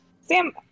Sam